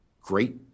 great